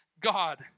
God